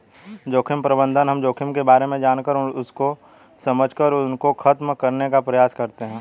जोखिम प्रबंधन हम जोखिम के बारे में जानकर उसको समझकर उसको खत्म करने का प्रयास करते हैं